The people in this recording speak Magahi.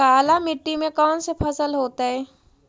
काला मिट्टी में कौन से फसल होतै?